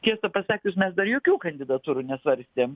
tiesą pasakius mes dar jokių kandidatūrų nesvarstėm